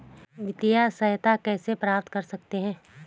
वित्तिय सहायता कैसे प्राप्त कर सकते हैं?